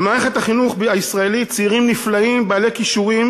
במערכת החינוך הישראלית צעירים נפלאים בעלי כישורים